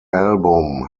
album